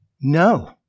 No